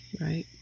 Right